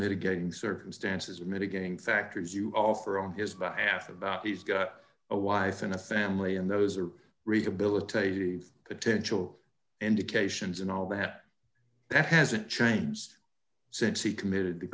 mitigating circumstances mitigating factors you offer on his behalf about he's got a wife and a family and those are rehabilitative potential indications and all that that hasn't changed since he committed the